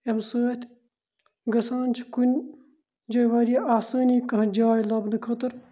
اَمہِ سۭتۍ گَژھان چھِ کُنہِ جایہِ واریاہ آسٲنی کانٛہہ جاے لَبنہٕ خٲطرٕ